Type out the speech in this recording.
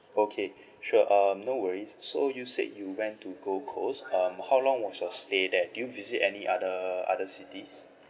okay sure um no worries so you said you went to gold coast um how long was your stay there did you visit any other other cities